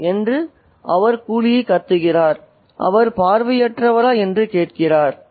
" என்று அவர் கூலியைக் கத்துகிறார் அவர் பார்வையற்றவரா என்று கேட்கிறார்